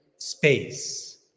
Space